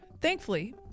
Thankfully